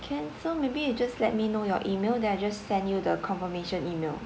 okay so maybe you just let me know your email then I just send you the confirmation email